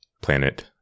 planet